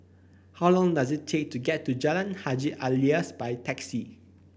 how long does it take to get to Jalan Haji Alias by taxi